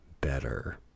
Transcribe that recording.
better